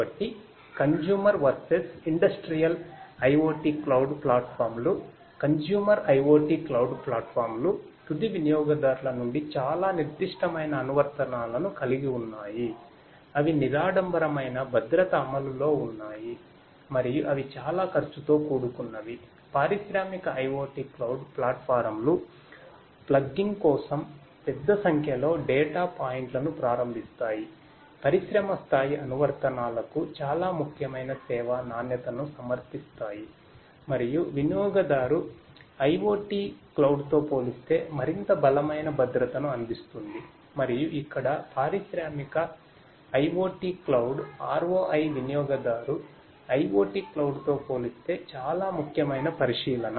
కాబట్టి consumer versus industrial IoT cloud ROI వినియోగదారు IoT క్లౌడ్తో పోలిస్తే చాలా ముఖ్యమైన పరిశీలన